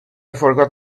forgot